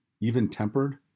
even-tempered